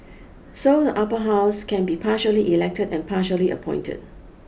so the Upper House can be partially elected and partially appointed